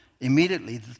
Immediately